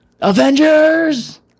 Avengers